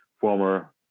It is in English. former